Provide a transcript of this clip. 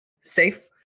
safe